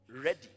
ready